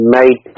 made